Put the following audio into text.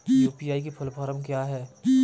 UPI की full form क्या है?